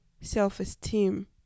self-esteem